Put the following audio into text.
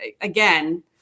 again